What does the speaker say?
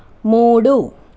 మూడు